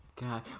God